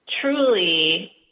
truly